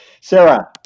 Sarah